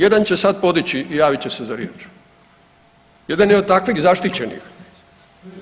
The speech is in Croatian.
Jedan će sad podići i javiti će se za riječ, jedan je od takvih zaštićenih.